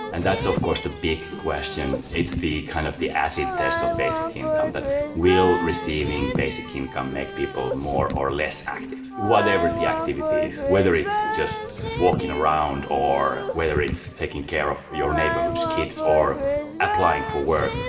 and that's, so of course, the big question. it's the kind of the acid test of basic income, that will receiving basic income make people more or less active? whatever the activity is, whether it's just walking around or whether it's taking care of your neighborhood kids or applying for work?